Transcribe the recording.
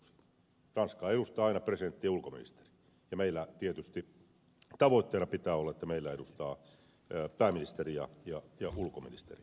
ranskaa edustavat aina presidentti ja ulkoministeri ja meillä tietysti tavoitteena pitää olla että meillä edustavat pääministeri ja ulkoministeri